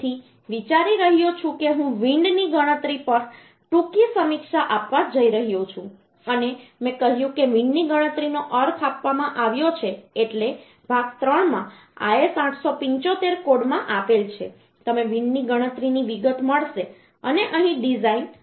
તેથી વિચારી રહ્યો છું કે હું વિન્ડ ની ગણતરી પર ટૂંકી સમીક્ષા આપવા જઈ રહ્યો છું અને મેં કહ્યું કે વિન્ડ ની ગણતરીનો અર્થ આપવામાં આવ્યો છે એટલે ભાગ 3 માં IS 875 ભાગ 3 કોડમાં આપેલ છે તમને વિન્ડની ગણતરીની વિગત મળશે અને અહીં ડિઝાઇન